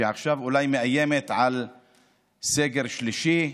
שעכשיו אולי מאיימת בסגר שלישי.